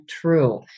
true